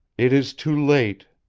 it is too late.